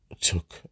took